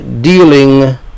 dealing